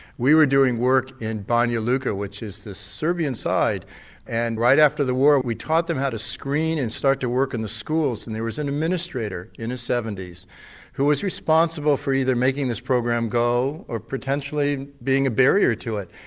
we were doing work in banja luka, which is the serbian side and right after the war we taught them how to screen and start to work in the schools and there was an administrator in his seventies who was responsible for either making this program go or potentially being a barrier to it.